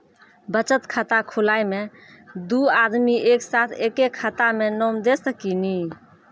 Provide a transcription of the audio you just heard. बचत खाता खुलाए मे दू आदमी एक साथ एके खाता मे नाम दे सकी नी?